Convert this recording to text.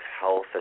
health